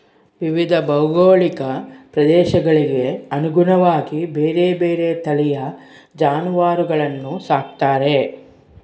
ವಿವಿಧ ಭೌಗೋಳಿಕ ಪ್ರದೇಶಗಳಿಗೆ ಅನುಗುಣವಾಗಿ ಬೇರೆ ಬೇರೆ ತಳಿಯ ಜಾನುವಾರುಗಳನ್ನು ಸಾಕ್ತಾರೆ